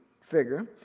figure